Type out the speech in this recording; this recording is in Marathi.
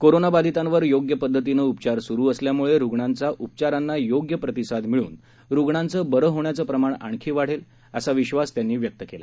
कोरोनाबाधितांवर योग्य पद्धतीने उपचार सुरू असल्यामुळे रुग्णांचा उपचारांना योग्य प्रतिसाद मिळून रुग्णांचं बरं होण्यांच प्रमाण आणखी वाढेल असा विश्वास त्यांनी व्यक्त केला